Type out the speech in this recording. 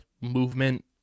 movement